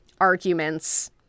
arguments